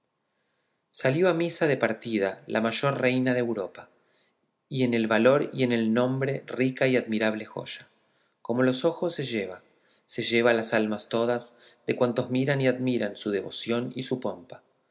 salió a misa de parida la mayor reina de europa en el valor y en el nombre rica y admirable joya como los ojos se lleva se lleva las almas todas de cuantos miran y admiran su devoción y su pompa